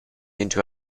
into